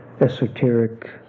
esoteric